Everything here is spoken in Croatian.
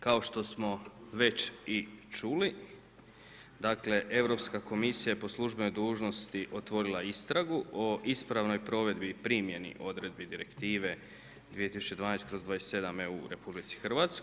Kao što smo već i čuli, dakle Europska komisija je po službenoj dužnosti otvorila istragu o ispravnoj provedbi i primjeni odredbi Direktive 2012/27 EU u RH.